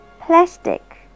plastic